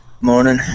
Morning